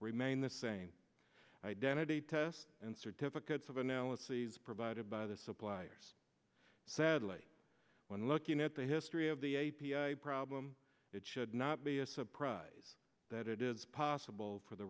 remain the same identity tests and certificates of analyses provided by the suppliers sadly when looking at the history of the problem it should not be a surprise that it is possible for the